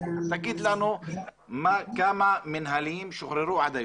תגיד לנו כמה מנהליים שוחררו עד היום.